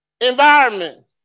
Environment